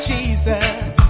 Jesus